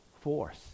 force